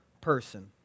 person